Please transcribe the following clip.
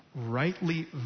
rightly